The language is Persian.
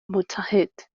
متحد